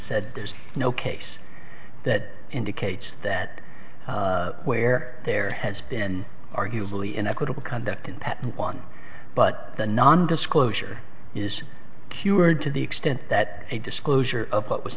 said there's no case that indicates that where there has been arguably an equitable conduct in patent one but the non disclosure is cured to the extent that a disclosure of what was